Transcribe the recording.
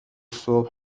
صبح